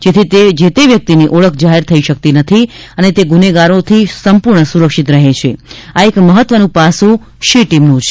જેથી જે તે વ્યક્તિની ઓળખ જાહેર થઇ શકતી નથી અને તે ગુનેગારોથી સંપૂર્ણ સુરક્ષિત પણ રહે છે આ એક મહત્વનું પાસું શી ટીમનુ છે